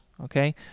okay